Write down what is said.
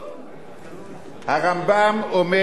הרמב"ם אומר בספרו כך: